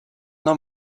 not